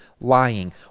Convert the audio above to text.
lying